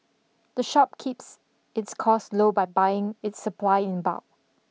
the shop keeps its costs low by buying its supply in bulk